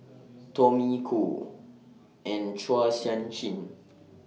Tommy Koh and Chua Sian Chin